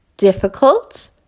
Difficult